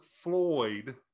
floyd